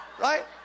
Right